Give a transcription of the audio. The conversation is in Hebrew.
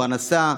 פרנסה,